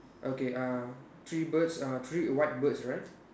okay uh three birds uh three white birds right